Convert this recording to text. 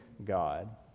God